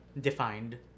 defined